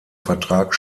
vertrag